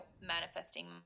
manifesting